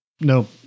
No